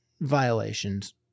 violations